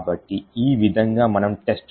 కాబట్టి ఈ విధంగా మనము testcode